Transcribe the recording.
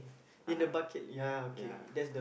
ah yeah